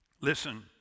Listen